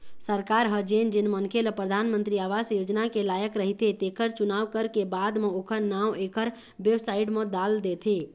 सरकार ह जेन जेन मनखे ल परधानमंतरी आवास योजना के लायक रहिथे तेखर चुनाव करके बाद म ओखर नांव एखर बेबसाइट म डाल देथे